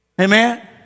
Amen